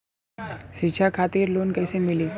शिक्षा खातिर लोन कैसे मिली?